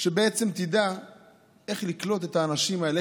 שבעצם תדע איך לקלוט את האנשים האלה,